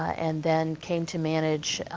and then came to manage,